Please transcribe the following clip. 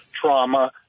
trauma